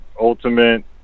ultimate